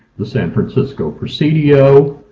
the san francisco presidio,